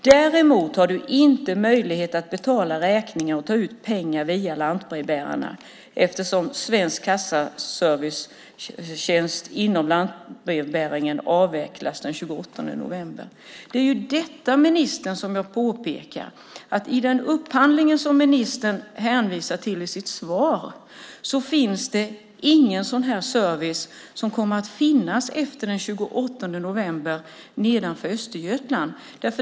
Däremot har du inte möjlighet att betala räkningen och ta ut pengar via lantbrevbäraren, eftersom Svensk Kassaservices tjänster inom lantbrevbäringen avvecklas den 28 november." Det är ju detta som jag påpekar, ministern! I den upphandling som ministern hänvisar till i sitt svar kommer det inte att finnas sådan service efter den 28 november nedanför Östergötland.